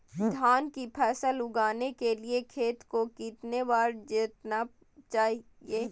धान की फसल उगाने के लिए खेत को कितने बार जोतना चाइए?